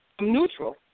neutral